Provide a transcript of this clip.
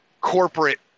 corporate